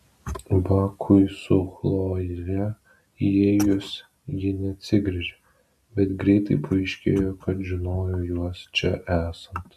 bakui su chloje įėjus ji neatsigręžė bet greitai paaiškėjo kad žinojo juos čia esant